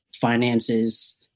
finances